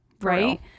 Right